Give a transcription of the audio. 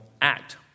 act